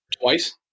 twice